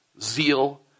zeal